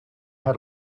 had